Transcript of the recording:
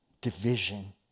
division